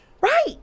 Right